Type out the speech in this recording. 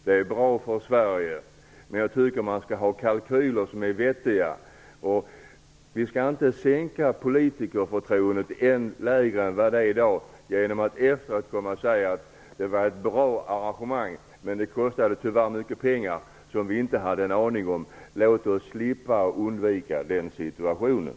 Det är bra för Sverige. Men jag tycker att man skall ha kalkyler som är vettiga. Vi skall inte sänka politikerförtroendet ännu lägre än vad det är i dag genom att efteråt komma och säga att det var ett bra arrangemang, men tyvärr kostade det mycket pengar som vi inte hade en aning om. Låt oss slippa och undvika den situationen.